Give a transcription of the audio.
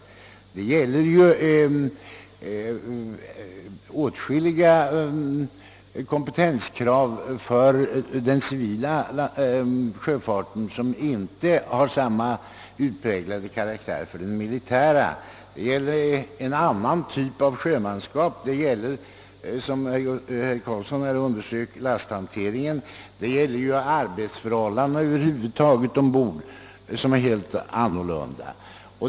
För den civila sjöfarten föreligger åtskilliga kompetenskrav som inte har samma utpräglade betydelse inom den marina sjöfarten. Det gäller en annan typ av sjömanskap; det gäller, som herr Carlsson i Göteborg framhöll, lasthanteringen. Över huvud taget är arbetsförhållandena ombord annorlunda i den civila sjöfarten.